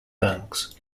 banks